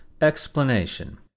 EXPLANATION